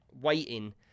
waiting